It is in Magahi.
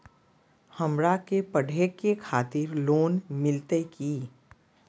हमरा के पढ़े के खातिर लोन मिलते की?